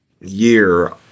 year